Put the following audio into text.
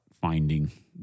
finding